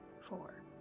four